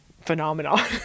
phenomenon